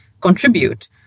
contribute